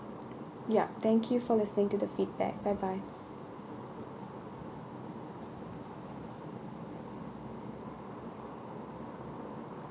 yup thank you for listening to the feedback bye bye